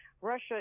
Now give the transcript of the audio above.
Russia